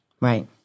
Right